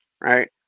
Right